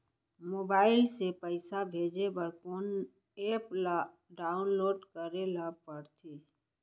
Mobile से पइसा भेजे बर कोन एप ल डाऊनलोड करे ला पड़थे?